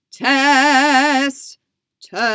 test